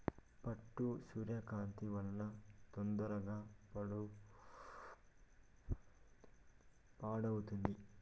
పట్టు సూర్యకాంతి వలన తొందరగా పాడవుతుంది